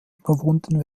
überwunden